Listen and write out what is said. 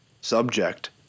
Subject